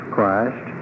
Christ